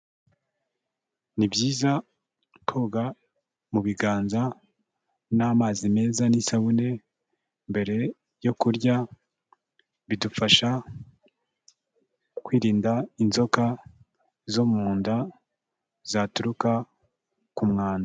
Ni byiza koga mu biganza n'amazi meza n'isabune mbere yo kurya, bidufasha kwirinda inzoka zo mu nda zaturuka ku mwanda.